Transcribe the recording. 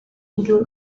indyo